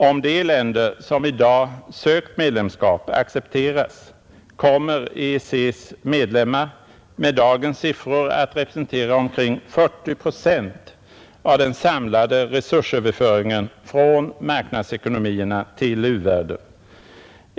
Om de länder som nu sökt medlemskap accepteras, kommer EEC:s medlemmar med dagens siffror att representera omkring 40 procent av den samlade resursöverföringen från marknadsekonomierna till u-världen.